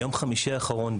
ביום חמישי האחרון,